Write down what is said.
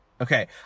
Okay